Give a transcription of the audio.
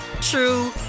true